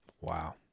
wow